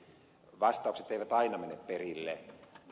vastaukset eivät aina mene perille